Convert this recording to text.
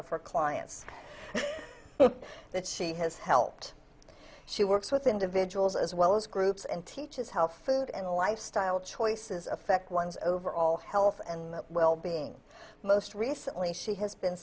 of her clients that she has helped she works with individuals as well as groups and teaches how food and lifestyle choices affect one's overall health and wellbeing most recently she has been